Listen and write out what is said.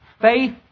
Faith